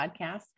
podcast